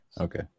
okay